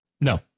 No